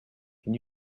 can